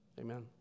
Amen